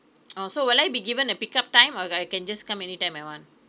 oh so will I be given a pickup time or I I can just come anytime I want